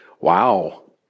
Wow